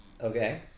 okay